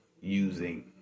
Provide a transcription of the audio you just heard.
using